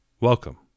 Welcome